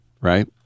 right